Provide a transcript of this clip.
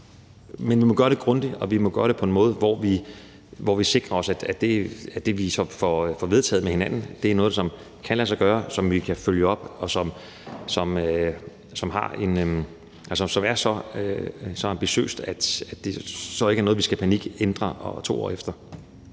Men vi må gøre det grundigt, og vi må gøre det på en måde, hvor vi sikrer os, at det, vi så får vedtaget med hinanden, er noget, som kan lade sig gøre, som vi kan følge op, og som er så ambitiøst, at det ikke er noget, vi skal ændre i panik 2 år efter.